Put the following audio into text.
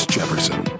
Jefferson